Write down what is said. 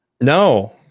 No